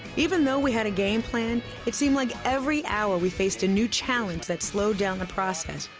even though we had a game plan, it seemed like every hour we faced a new challenge that slowed down the process.